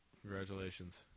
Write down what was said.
Congratulations